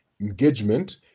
engagement